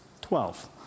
Twelve